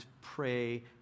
pray